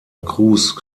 cruz